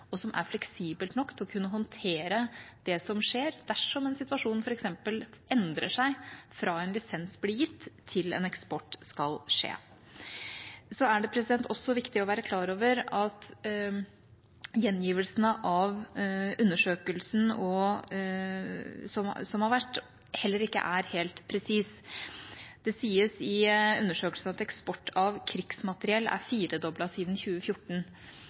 og som er fleksibelt nok til å kunne håndtere det som skjer, dersom en situasjon f.eks. endrer seg fra en lisens blir gitt, til en eksport skal skje. Det er også viktig å være klar over at gjengivelsene av undersøkelsen som har vært, heller ikke er helt presise. Det sies i undersøkelsen at eksport av krigsmateriell er femdoblet siden 2014.